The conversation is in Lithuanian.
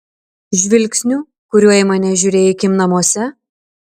žvilgsniu kuriuo į mane žiūrėjai kim namuose